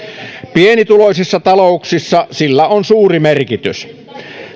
pienituloisissa talouksissa sillä on suuri merkitys